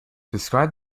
described